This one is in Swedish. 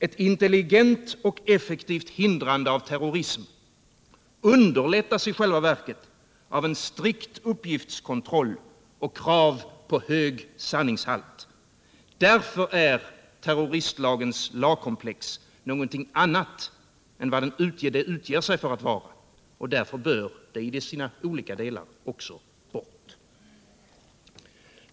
Ett intelligent och effektivt hindrande av terrorism underlättas i själva verket av en strikt uppgiftskontroll och krav på hög sanningshalt. Därför är terroristlagens lagkomplex något annat än vad det utger sig för att vara, och därför bör det i sina olika delar också bort.